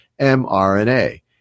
mRNA